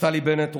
נפתלי בנט,